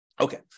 Okay